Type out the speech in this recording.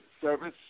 service